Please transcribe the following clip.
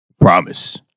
Promise